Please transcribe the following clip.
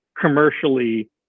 commercially